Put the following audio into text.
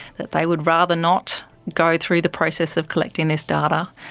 that they would rather not go through the process of collecting this data,